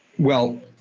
well,